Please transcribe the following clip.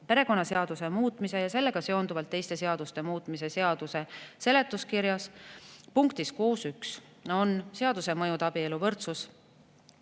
Perekonnaseaduse muutmise ja sellega seonduvalt teiste seaduste muutmise seaduse seletuskirjas punktis 6.1 on abieluvõrdsuse